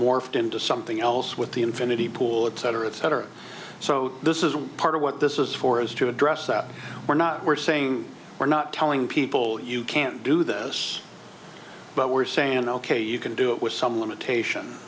morphed into something else with the infinity pool etc etc so this is part of what this is for is to address that we're not we're saying we're not telling people you can't do this but we're saying ok you can do it with some limitation